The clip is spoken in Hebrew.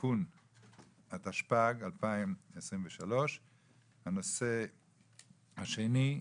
תיקון התשפ"ג 2023. הנושא השני,